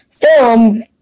film